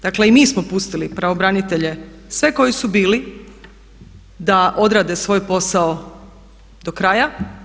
Dakle, i mi smo pustili pravobranitelje sve koji su bili da odrade svoj posao do kraja.